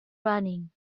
running